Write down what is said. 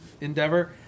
endeavor